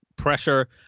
pressure